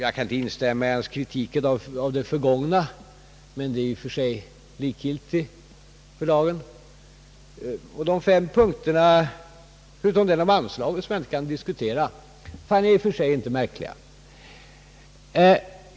Jag kan inte instämma i hans kritik av det förgångna, men det är ju i och för sig likgiltigt för dagen. De fem punkterna, utom den om anslaget som jag inte kan diskutera, fann jag som sagt inte märkliga.